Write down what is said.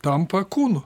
tampa kūnu